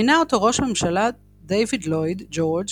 מינה אותו ראש הממשלה דייוויד לויד ג'ורג'